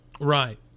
Right